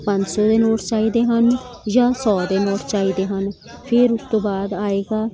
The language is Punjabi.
ਪੰਜ ਸੌ ਦੇ ਨੋਟਸ ਚਾਹੀਦੇ ਹਨ ਜਾਂ ਸੌ ਦੇ ਨੋਟ ਚਾਹੀਦੇ ਹਨ ਫਿਰ ਉਸ ਤੋਂ ਬਾਅਦ ਆਏਗਾ